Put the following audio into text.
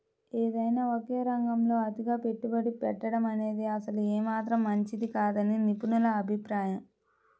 ఏదైనా ఒకే రంగంలో అతిగా పెట్టుబడి పెట్టడమనేది అసలు ఏమాత్రం మంచిది కాదని నిపుణుల అభిప్రాయం